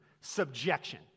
subjection